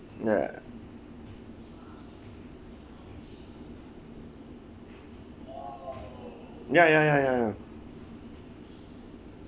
ya ya ya ya ya mm